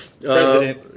President